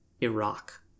Iraq